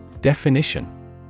Definition